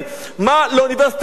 מה לאוניברסיטת תל-אביב,